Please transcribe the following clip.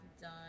done